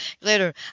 Later